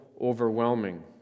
overwhelming